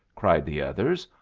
cried the others,